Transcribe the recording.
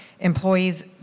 Employees